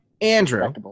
Andrew